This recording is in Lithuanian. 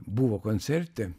buvo koncerte